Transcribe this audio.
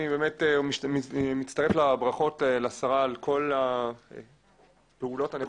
אני מצטרף לברכות לשרה על כל הפעולות הנחושות,